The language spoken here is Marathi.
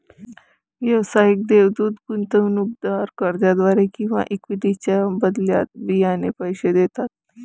व्यावसायिक देवदूत गुंतवणूकदार कर्जाद्वारे किंवा इक्विटीच्या बदल्यात बियाणे पैसे देतात